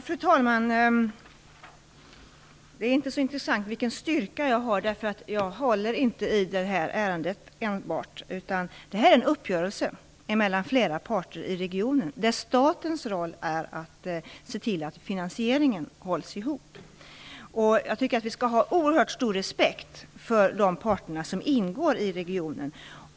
Fru talman! Det är inte så intressant vilken styrka jag har, eftersom det inte enbart är jag som håller i det här ärendet. Detta är en uppgörelse mellan flera parter i regionen där statens roll är att se till att finansieringen hålls ihop. Vi skall ha oerhört stor respekt för de parter som ingått uppgörelsen i regionen.